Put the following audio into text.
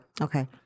Okay